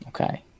okay